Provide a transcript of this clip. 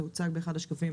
זה הוצג באחד השקפים,